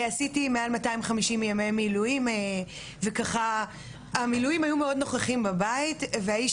עשיתי מעל 250 ימי מילואים וככה המילואים היו מאוד נוכחים בבית והאיש